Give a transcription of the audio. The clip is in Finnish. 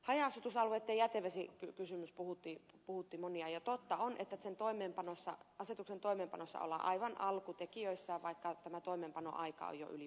haja asutusalueitten jätevesikysymys puhutti monia ja totta on että sen asetuksen toimeenpanossa ollaan aivan alkutekijöissään vaikka tämä toimeenpanoaika on jo yli puolenvälin mennyt